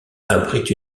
abrite